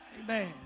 Amen